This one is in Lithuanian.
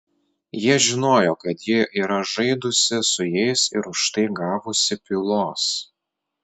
jie žinojo kad ji yra žaidusi su jais ir už tai gavusi pylos